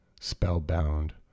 spellbound